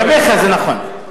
לגביך, זה נכון.